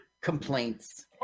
complaints